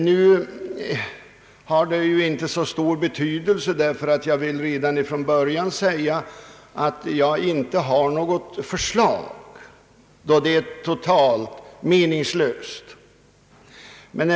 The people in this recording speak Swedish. Nu har det ju inte så stor betydelse att jag inte fick tillfälle att göra en sådan sammanställning då jag inte har något förslag att komma med — det vill jag redan från början säga. Det skulle också vara totalt meningslöst att här framlägga något förslag.